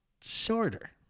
shorter